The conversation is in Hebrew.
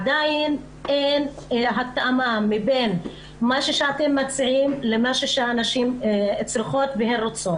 עדיין אין התאמה בין מה שאתם מציעים לבין מה שהנשים צריכות ורוצות,